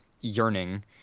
yearning